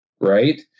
right